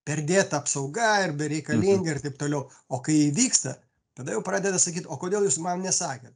perdėta apsauga ir bereikalinga ir taip toliau o kai įvyksta tada jau pradeda sakyt o kodėl jūs man nesakėt